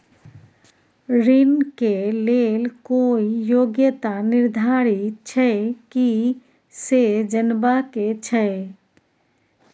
ऋण के लेल कोई योग्यता निर्धारित छै की से जनबा के छै?